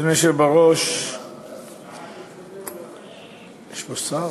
אדוני היושב בראש, יש פה שר?